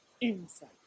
inside